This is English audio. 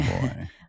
boy